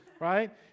right